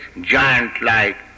giant-like